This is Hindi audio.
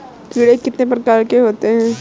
कीड़े कितने प्रकार के होते हैं?